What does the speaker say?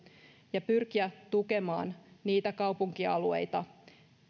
ja pyrkiä tukemaan niitä kaupunkialueita